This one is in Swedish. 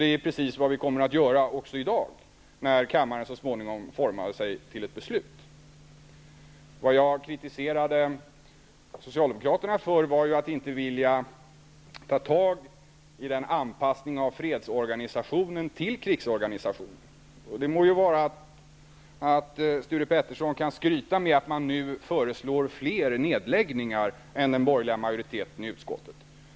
Det är precis vad vi kommer att göra också i dag, när kammaren så småningom formar sig till ett beslut. Vad jag kritiserade Socialdemokraterna för var att de inte vill ta tag i anpassningen av fredsorganisationen till krigsorganisationen. Det må vara att Sture Ericson kan skryta med att Socialdemokraterna nu föreslår fler nedläggningar än den borgerliga majoriteten i utskottet.